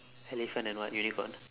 elephant and what unicorn